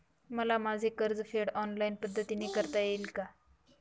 मला माझे कर्जफेड ऑनलाइन पद्धतीने करता येईल का?